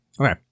okay